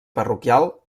parroquial